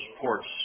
ports